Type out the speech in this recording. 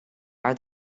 are